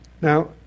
Now